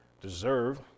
deserve